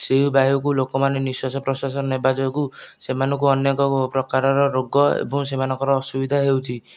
ସେହି ବାୟୁକୁ ଲୋକ ମାନେ ନିଶ୍ଵାସ ପ୍ରଶ୍ୱାସ ରେ ନେବା ଯୋଗୁଁ ସେମାନଙ୍କୁ ଅନେକ ପ୍ରକାର ର ରୋଗ ଏବଂ ସେମାନଙ୍କୁ ଅନେକ ପ୍ରକାର ର ଅସୁବିଧା ହେଉଛି